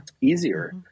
easier